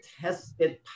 tested